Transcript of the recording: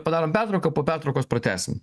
padarome pertrauką po pertraukos pratęsim